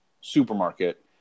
supermarket